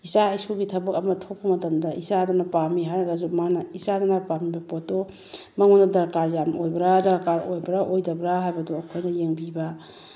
ꯏꯆꯥ ꯏꯁꯨꯒꯤ ꯊꯕꯛ ꯑꯃ ꯊꯣꯛꯄ ꯃꯇꯝꯗ ꯏꯆꯥꯗꯨꯅ ꯄꯥꯝꯃꯤ ꯍꯥꯏꯔꯒꯁꯨ ꯃꯥꯅ ꯏꯆꯥꯗꯨꯅ ꯄꯥꯝꯃꯤꯕ ꯄꯣꯠꯇꯣ ꯃꯉꯣꯟꯗ ꯗꯔꯀꯥꯔ ꯌꯥꯝ ꯑꯣꯏꯕ꯭ꯔꯥ ꯗꯔꯀꯥꯔ ꯑꯣꯏꯕ꯭ꯔꯥ ꯑꯣꯏꯗꯕ꯭ꯔꯥ ꯍꯥꯏꯕꯗꯣ ꯑꯩꯈꯣꯏꯅ ꯌꯦꯡꯕꯤꯕ